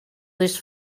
this